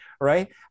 right